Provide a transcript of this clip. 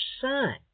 son